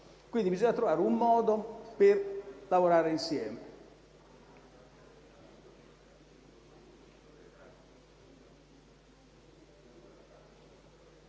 Quindi, bisogna trovare un modo per lavorare insieme.